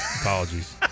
Apologies